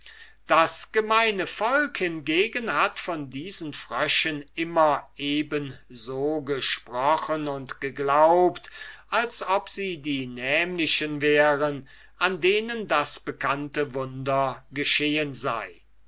das gemeine volk hingegen hat von diesen fröschen immer eben so gesprochen und geglaubt als ob sie die nämlichen wären an denen das bekannte wunder geschehen sei